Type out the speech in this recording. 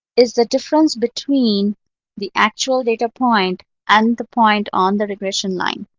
is the difference between the actual data point and the point on the regression line.